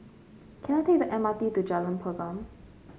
can I take the M R T to Jalan Pergam